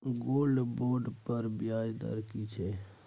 Gold bond पर ब्याज दर की छै?